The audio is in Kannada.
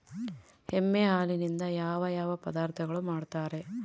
ಎಮ್ಮೆ ಹಾಲಿನಿಂದ ಯಾವ ಯಾವ ಪದಾರ್ಥಗಳು ಮಾಡ್ತಾರೆ?